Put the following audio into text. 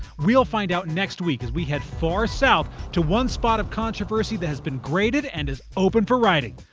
we'll find out next week as we head far south to one spot of controversy that has been graded and is open for riding.